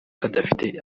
kadafite